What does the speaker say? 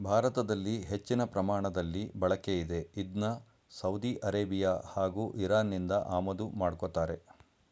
ಭಾರತದಲ್ಲಿ ಹೆಚ್ಚಿನ ಪ್ರಮಾಣದಲ್ಲಿ ಬಳಕೆಯಿದೆ ಇದ್ನ ಸೌದಿ ಅರೇಬಿಯಾ ಹಾಗೂ ಇರಾನ್ನಿಂದ ಆಮದು ಮಾಡ್ಕೋತಾರೆ